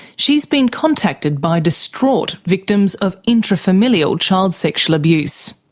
she's been contacted by distraught victims of intrafamilial child sexual abuse.